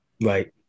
right